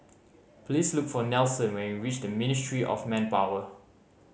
please look for Nelson when you reach Ministry of Manpower